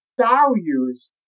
values